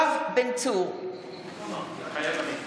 (קוראת בשמות חברי הכנסת)